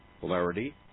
Polarity